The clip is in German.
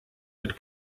wird